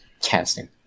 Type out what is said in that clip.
casting